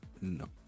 no